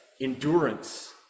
endurance